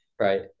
Right